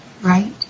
Right